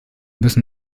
müssen